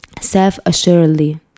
self-assuredly